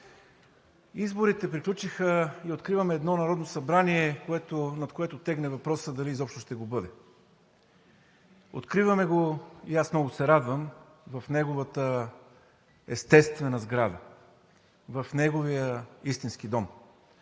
Изборите приключиха и откриваме едно Народно събрание, над което тегне въпросът дали изобщо ще го бъде. Откриваме го, и аз много се радвам, в неговата естествена сграда, в неговия истински дом.